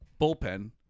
bullpen